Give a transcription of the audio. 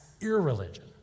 irreligion